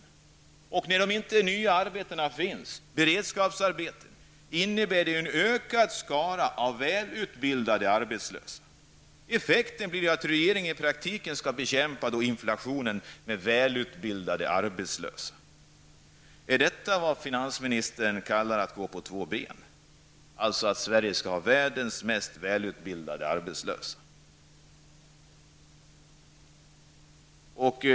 I och med att sådana inte finns blir följden en ökad skara av välutbildade arbetslösa. Effekten blir att regeringen i praktiken skall bekämpa inflationen med välutbildade arbetslösa. Är det vad finansministern kallar för att gå på två ben, dvs. att Sverige skall ha världens mest välutbildade arbetslösa?